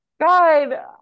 god